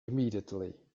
immediately